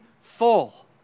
full